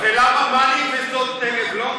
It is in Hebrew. ולמה, מה לי, ושדות נגב לא?